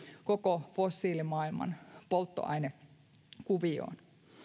koko fossiilimaailman polttoainekuvioon